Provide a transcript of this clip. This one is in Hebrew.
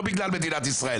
לא בגלל מדינת ישראל.